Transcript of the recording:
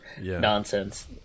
nonsense